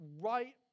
right